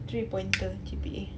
three pointer G_P_A